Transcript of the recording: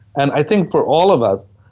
and i think for all of us,